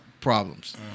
problems